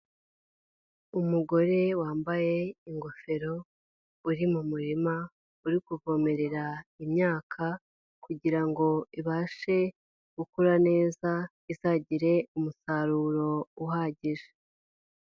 Umugore wambaye ingofero uri mu murima, uri kuvomerera imyaka kugirango ibashe gukura neza, izagire umusaruro uhagije.